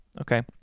okay